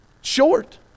Short